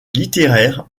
littéraire